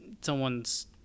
Someone's